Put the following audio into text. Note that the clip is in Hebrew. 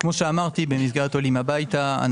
כאמור במסגרת עולים הביתה